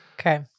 Okay